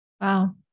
Wow